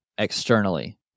Externally